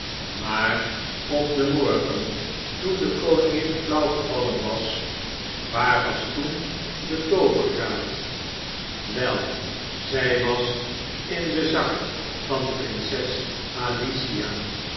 maar op den morgen toen de koningin flauw gevallen was waar was toen de toovergraat wei zy was in den zak van prinses alicia